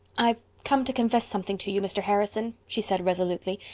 i've come to confess something to you, mr. harrison, she said resolutely.